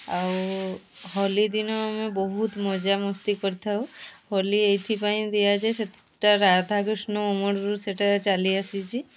ଆଉ ହୋଲି ଦିନ ଆମେ ବହୁତ ମଜାମସ୍ତି କରିଥାଉ ହୋଲି ଏଥିପାଇଁ ଦିଆଯାଏ ସେଇଟା ରାଧାକୃଷ୍ଣ ଅମଳରୁ ସେଇଟା ଚାଲିଆସିଛି